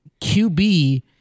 QB